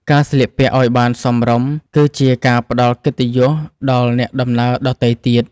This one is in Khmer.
ការស្លៀកពាក់ឱ្យបានសមរម្យ គឺជាការផ្តល់កិត្តិយសដល់អ្នកដំណើរដទៃទៀត។